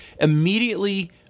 Immediately